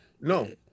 No